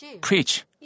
preach